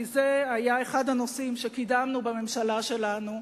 כי זה היה אחד הנושאים שקידמנו בממשלה שלנו,